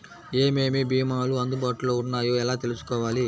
ఏమేమి భీమాలు అందుబాటులో వున్నాయో ఎలా తెలుసుకోవాలి?